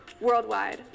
worldwide